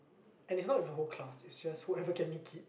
and it's not with the whole class it's just whoever can make it